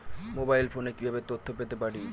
Mobile ফোনে কিভাবে তথ্য পেতে পারি?